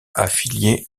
affiliée